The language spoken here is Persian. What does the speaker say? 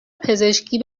پزشکی